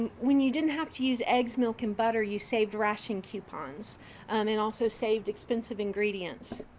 and when you didn't have to use eggs, milk, and butter, you saved ration coupons and and also saved expensive ingredients.